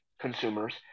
consumers